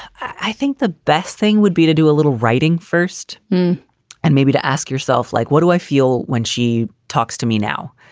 i think the best thing would be to do a little writing first and maybe to ask yourself like, what do i feel when she talks to me now,